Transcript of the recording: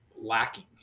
lacking